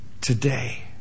Today